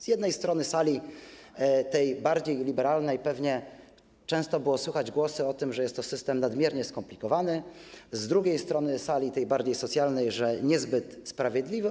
Z jednej strony sali, tej bardziej liberalnej, pewnie często było słychać głosy o tym, że jest to system nadmiernie skomplikowany, z drugiej strony sali, tej bardziej socjalnej, że niezbyt sprawiedliwy.